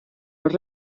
los